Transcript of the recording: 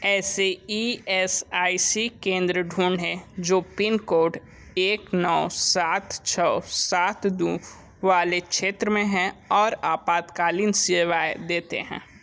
ऐसे E S I C केंद्र ढूँढें जो पिनकोड एक नौ सात छः सात दो वाले क्षेत्र में हैं और आपातकालीन सेवाएँ देते हैं